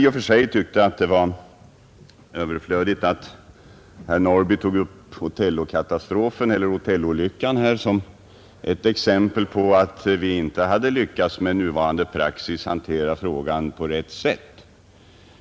I och för sig tyckte jag det var litet överflödigt av herr Norrby i Åkersberga att ta upp Otello-olyckan i detta sammanhang och anföra det som exempel på att vi inte har lyckats att med nuvarande praxis hantera frågorna på rätt sätt.